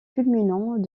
culminant